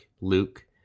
Luke